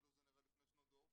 אפילו זה נראה לפני שנות דור.